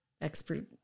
expert